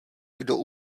kdo